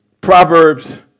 Proverbs